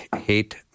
Hate